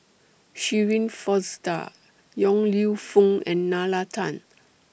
Shirin Fozdar Yong Lew Foong and Nalla Tan